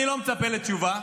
אני לא מצפה לתשובה,